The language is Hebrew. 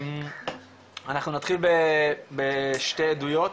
אנחנו נתחיל בשתי עדויות